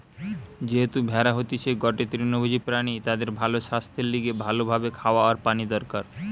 যেহেতু ভেড়া হতিছে গটে তৃণভোজী প্রাণী তাদের ভালো সাস্থের লিগে ভালো ভাবে খাওয়া আর পানি দরকার